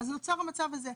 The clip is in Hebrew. אז נוצר המצב הזה.